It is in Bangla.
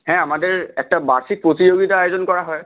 হ্যাঁ আমাদের একটা বার্ষিক প্রতিযোগিতার আয়োজন করা হয়